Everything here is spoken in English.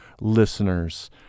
listeners